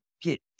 get